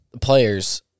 players